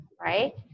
right